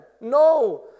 No